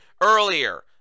earlier